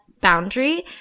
boundary